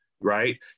right